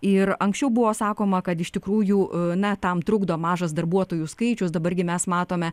ir anksčiau buvo sakoma kad iš tikrųjų na tam trukdo mažas darbuotojų skaičius dabar gi mes matome